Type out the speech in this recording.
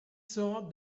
saw